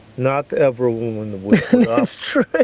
not every woman would it's true.